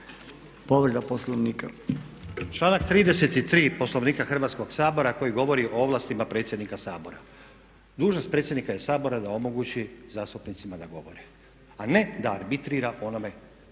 Nenad (SDP)** Članak 33. Poslovnika Hrvatskog sabora koji govori o ovlastima predsjednika Sabora, "Dužnost predsjednika je Sabora da omogući zastupnicima da govore", a ne da arbitrira onome